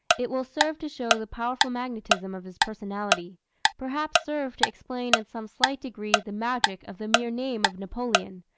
it will serve to show the powerful magnetism of his personality perhaps serve to explain in some slight degree the magic of the mere name of napoleon,